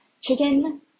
chicken